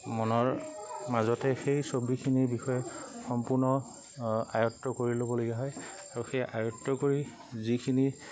মনৰ মাজতে সেই ছবিখিনিৰ বিষয়ে সম্পূৰ্ণ আয়ত্ব কৰি ল'বলগীয়া হয় আৰু সেই আয়ত্ব কৰি যিখিনি